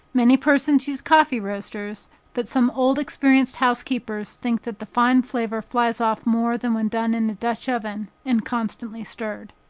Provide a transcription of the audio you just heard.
many persons use coffee roasters but some old experienced housekeepers think that the fine flavor flies off more than when done in a dutch-oven, and constantly stirred.